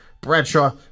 Bradshaw